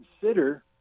consider